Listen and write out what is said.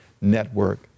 network